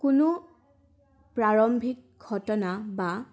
কোনো প্ৰাৰম্ভিক ঘটনা বা